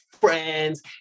friends